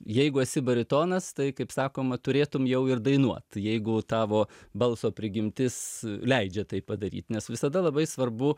jeigu esi baritonas tai kaip sakoma turėtum jau ir dainuot jeigu tavo balso prigimtis leidžia tai padaryt nes visada labai svarbu